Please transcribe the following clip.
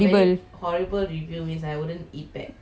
bot not bad at least you eat this satti soru sorru from cavern